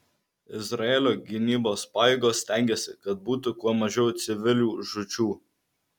izraelio gynybos pajėgos stengiasi kad būtų kuo mažiau civilių žūčių